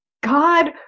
God